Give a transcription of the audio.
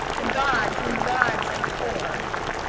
the god whom gods abhor.